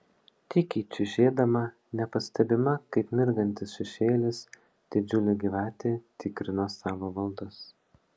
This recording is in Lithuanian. tykiai čiužėdama nepastebima kaip mirgantis šešėlis didžiulė gyvatė tikrino savo valdas